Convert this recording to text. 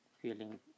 feeling